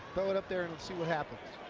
throw it up there and see what happens.